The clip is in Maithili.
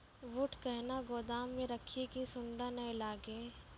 बूट कहना गोदाम मे रखिए की सुंडा नए लागे?